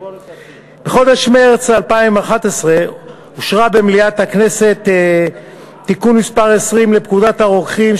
בחודש מרס 2011 אושר במליאת הכנסת תיקון מס' 20 לפקודת הרוקחים,